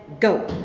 go.